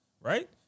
right